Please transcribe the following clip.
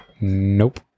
nope